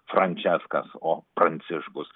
frančeskas o pranciškus